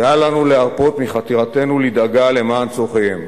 ואל לנו להרפות מחתירתנו לדאגה למען צורכיהם.